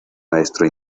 maestro